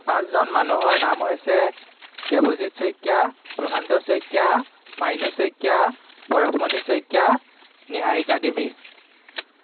পাঁচজন মানুহৰ নাম হৈছে দেৱজিৎ শইকীয়া প্ৰশান্ত শইকীয়া মাইনু শইকীয়া পৰশমণি শইকীয়া নিহাৰিকা দেৱী